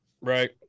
right